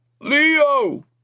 Leo